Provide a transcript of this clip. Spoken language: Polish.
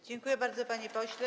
Dziękuję bardzo, panie pośle.